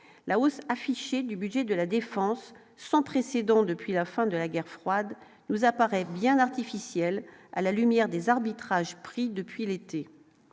la hausse affichée du budget de la défense sans précédent depuis la fin de la guerre froide, nous apparaît bien artificiel, à la lumière des arbitrages pris depuis l'été,